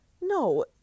no